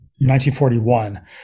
1941